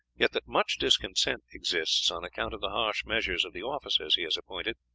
yet that much discontent exists on account of the harsh measures of the officers he has appointed,